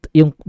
yung